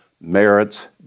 merits